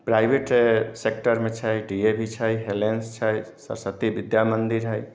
private सेक्टरमे छै D A V छै हेलेंस छै सरस्वती विद्या मंदिर है